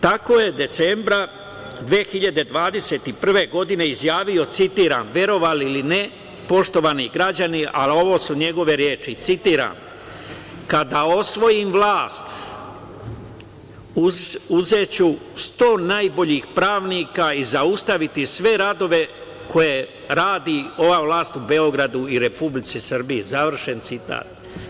Tako je decembra 2021. godine izjavio, citiram, verovali ili ne poštovani građani, ali ovo su njegove reči, citiram – kada osvojim vlast uzeću 100 najboljih pravnika i zaustaviti sve radove koje radi ova vlast u Beogradu i Republici Srbiji, završen citat.